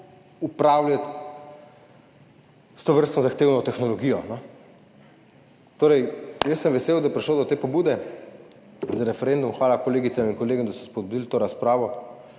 upravljati s tovrstno zahtevno tehnologijo. Jaz sem vesel, da je prišlo do te pobude za referendum, hvala kolegicam in kolegom, da so spodbudili to razpravo,